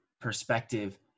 perspective